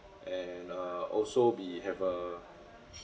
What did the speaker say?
and uh also be have a